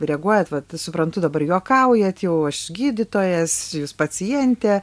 reaguojat vat suprantu dabar juokaujat jau aš gydytojas jūs pacientė